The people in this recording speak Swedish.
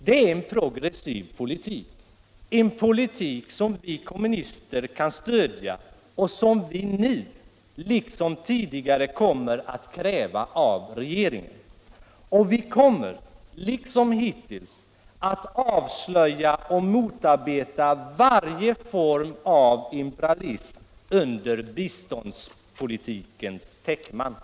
Det är en progressiv politik — en politik som vi kommunister kan stödja och som vi nu, liksom tidigare, kommer att kräva av regeringen. Och vi kommer — liksom hittills — att avslöja och motarbeta varje form av imperialism under biståndspolitikens täckmantel.